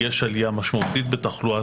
יש עלייה משמעותית בתחלואה,